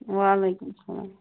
وعلیکُم سلام